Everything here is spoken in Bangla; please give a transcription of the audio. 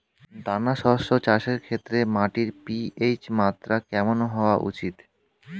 দানা শস্য চাষের ক্ষেত্রে মাটির পি.এইচ মাত্রা কেমন হওয়া উচিৎ?